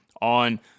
on